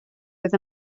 oedd